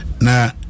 now